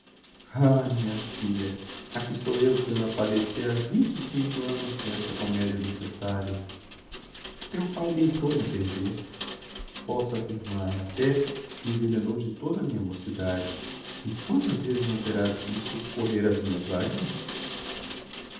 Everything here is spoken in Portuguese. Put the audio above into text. minha filha aqui estou eu que ando a padecer ha vinte e cinco annos com esta comedia necessaria teu pae deitou me a perder posso afirmar até que envenenou de todo a minha mocidade e quantas vezes não terás visto correr as minhas lagrimas